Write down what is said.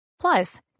Plus